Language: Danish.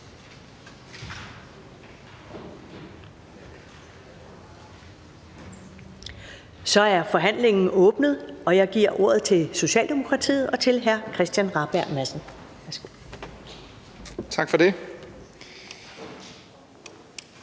Så er forhandlingen åbnet, og jeg giver ordet til Socialdemokratiets hr. Christian Rabjerg Madsen. Værsgo. Kl.